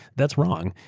that's wrong.